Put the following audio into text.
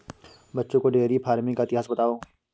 बच्चों को dairy farming का इतिहास बताओ